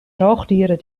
zoogdieren